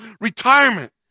retirement